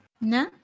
No